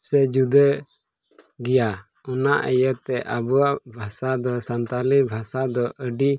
ᱥᱮ ᱡᱩᱫᱟᱹ ᱜᱮᱭᱟ ᱚᱱᱟ ᱤᱭᱟᱹᱛᱮ ᱟᱵᱚᱣᱟᱜ ᱵᱷᱟᱥᱟ ᱫᱚ ᱥᱟᱱᱛᱟᱞᱤ ᱵᱷᱟᱥᱟ ᱫᱚ ᱟᱹᱰᱤ